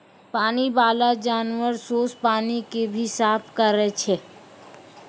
पानी बाला जानवर सोस पानी के भी साफ करै छै